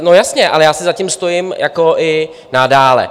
No jasně, ale já si za tím stojím i nadále.